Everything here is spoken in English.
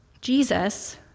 Jesus